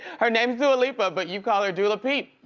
her name's dua lipa but you call her dula peep.